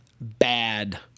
bad